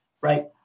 right